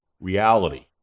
reality